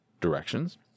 directions